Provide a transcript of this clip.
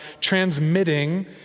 transmitting